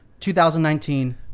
2019